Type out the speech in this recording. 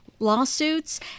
Lawsuits